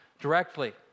directly